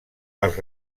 als